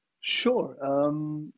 Sure